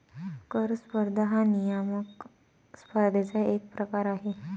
कर स्पर्धा हा नियामक स्पर्धेचा एक प्रकार आहे